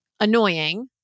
annoying